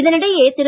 இதனிடையே திரு